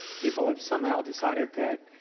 people have somehow decided that